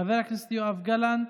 חבר הכנסת יואב גלנט.